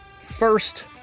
first